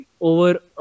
over